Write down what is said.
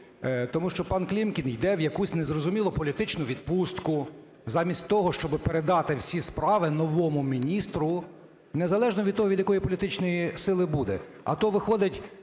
Тому що пан Клімкін йде в якусь незрозумілу "політичну відпустку" замість того, щоб передати всі справи новому міністру, незалежно, від того, від якої політичної сили буде. А то, виходить,